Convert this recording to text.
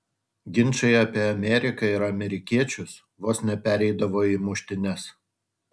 ginčai apie ameriką ir amerikiečius vos nepereidavo į muštynes